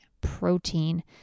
protein